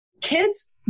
Kids